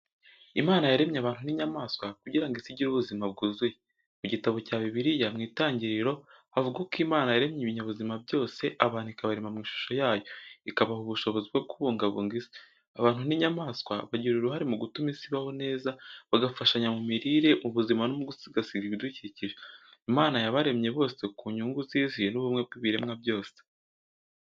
Imana yaremye abantu n’inyamaswa, kugira ngo isi igire ubuzima bwuzuye. Mu gitabo cya Bibiliya, mu Itangiriro havuga uko Imana yaremye ibinyabuzima byose, abantu ikabarema mu ishusho yayo, ikabaha ubushobozi bwo kubungabunga isi. Abantu n’inyamaswa bagira uruhare mu gutuma isi ibaho neza, bagafashanya mu mirire, mu buzima no mu gusigasira ibidukikije. Imana yabaremye bose ku nyungu z’isi n’ubumwe bw'ibiremwa byose.